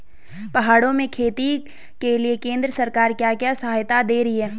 पहाड़ों में खेती के लिए केंद्र सरकार क्या क्या सहायता दें रही है?